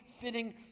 fitting